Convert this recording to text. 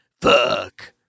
fuck